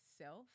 self